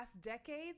Decades